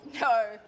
No